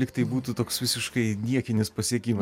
lygtai būtų toks visiškai niekinis pasiekimas